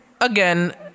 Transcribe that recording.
again